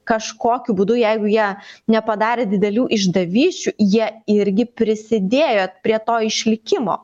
kažkokiu būdu jeigu jie nepadarė didelių išdavysčių jie irgi prisidėjo prie to išlikimo